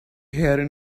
heading